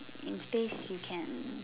in space you can